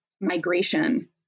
migration